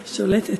יפה, שולטת.